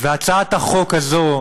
הצעת החוק הזאת